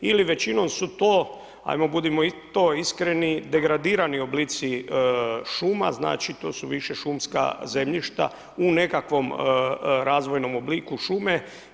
Ili većinom su to, ajmo budemo to iskreni degradirani oblici šuma, znači to su viša šumska zemljišta u nekakvom razvojnom obliku šume.